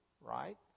right